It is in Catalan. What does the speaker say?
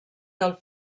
del